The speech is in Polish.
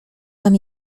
tam